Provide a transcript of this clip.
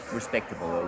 respectable